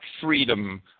freedom